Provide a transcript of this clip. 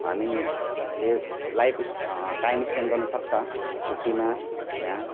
हामीले life time spend गर्नु सक्छ छुट्टीमा यहाँ